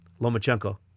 Lomachenko